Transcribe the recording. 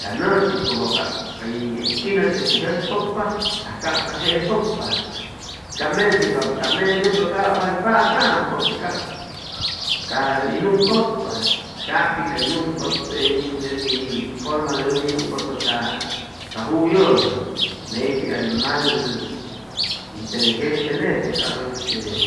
Ca nʉchi tzujʉ cap hʉy quinʉ chʉchi hʉy jʉspʉcpa aj cap ca jee pʉcpa ca medʉypapʉ cap medʉypa cap way pataam porque cap ca ʉni numcʉtpa cap nati verda ca forma de ʉni numcʉtʉ ca ca juyʉnʉ ney pi animal inteligente nete cap este